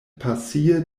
pasie